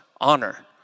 Honor